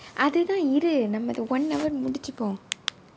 அது தான் இரு நம்ம:athu thaan iru namma one hour முடிச்சிப்போம்:mudichippom